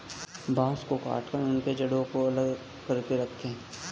बांस को काटकर उनके जड़ों को अलग करके रखो